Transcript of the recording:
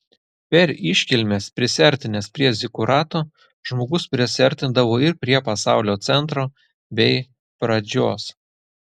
per iškilmes prisiartinęs prie zikurato žmogus prisiartindavo ir prie pasaulio centro bei pradžios